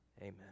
Amen